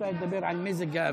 הגיע זמן קריאת שמע של שחרית.